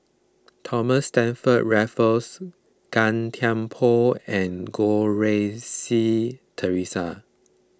Thomas Stamford Raffles Gan Thiam Poh and Goh Rui Si theresa